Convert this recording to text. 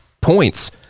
points